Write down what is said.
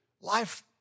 life